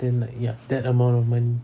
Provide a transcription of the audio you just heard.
then like ya that amount of money